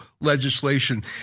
legislation